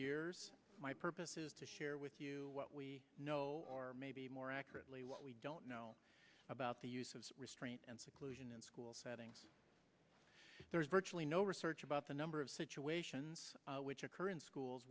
years my purpose is to share with you what we know or maybe more accurately what we don't know about the use of restraint and seclusion in school settings there is virtually no research about the number of situations which occur in schools